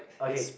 okay